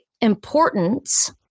importance